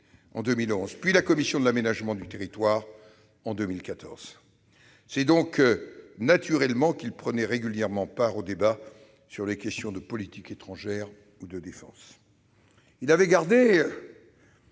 en 2011, puis la commission de l'aménagement du territoire en 2014. C'est donc tout naturellement qu'il prenait régulièrement part aux débats sur les questions de politique étrangère ou de défense. Il avait gardé